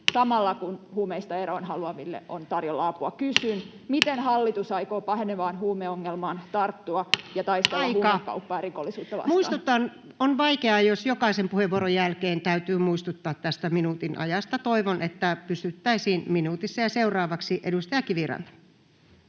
samalla, kun huumeista eroon haluaville on tarjolla apua. Kysyn: miten hallitus aikoo pahenevaan huumeongelmaan tarttua ja taistella [Puhemies: Aika!] huumekauppaa ja rikollisuutta vastaan? Muistutan: On vaikeaa, jos jokaisen puheenvuoron jälkeen täytyy muistuttaa tästä minuutin ajasta. Toivon, että pysyttäisiin minuutissa. — Ja seuraavaksi edustaja Kiviranta.